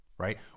Right